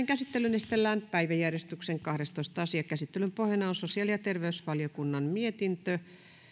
käsittelyyn esitellään päiväjärjestyksen kahdestoista asia käsittelyn pohjana on sosiaali ja terveysvaliokunnan mietintö